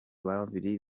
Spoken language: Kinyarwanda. babiri